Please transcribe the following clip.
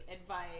advice